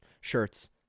shirts